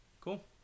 Cool